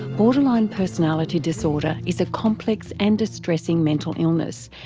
borderline personality disorder is a complex and distressing mental illness,